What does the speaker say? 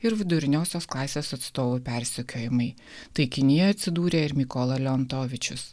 ir viduriniosios klasės atstovų persekiojimai taikinyje atsidūrė ir mikola leontovičius